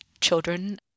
children